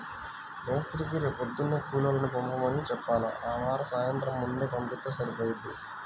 మేస్త్రీకి రేపొద్దున్నే కూలోళ్ళని పంపమని చెప్పాల, ఆవార సాయంత్రం ముందే పంపిత్తే సరిపోయిద్ది